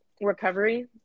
recovery